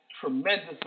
tremendous